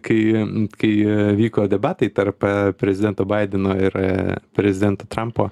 kai kai vyko debatai tarp prezidento baideno ir prezidento trampo